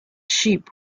sheep